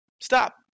Stop